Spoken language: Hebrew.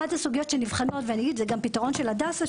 וזה פתרון שעשו בהדסה,